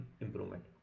improvement